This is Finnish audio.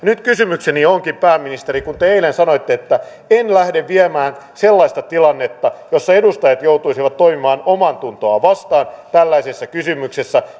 nyt kysymykseni onkin pääministeri kun te eilen sanoitte että en lähde viemään sellaista tilannetta jossa edustajat joutuisivat toimimaan omaatuntoaan vastaan tällaisessa kysymyksessä